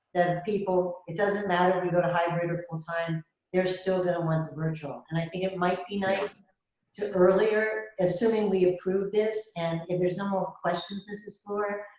and it doesn't matter where you go to hybrid or full time they're still gonna want the virtual. and i think it might be nice to earlier, assuming we approve this, and if there's no more questions mrs. fluor,